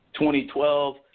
2012